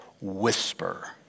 whisper